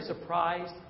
surprised